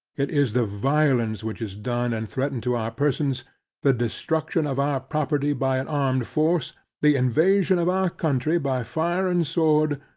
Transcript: it is the violence which is done and threatened to our persons the destruction of our property by an armed force the invasion of our country by fire and sword,